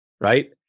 right